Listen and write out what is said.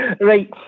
Right